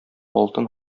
алтын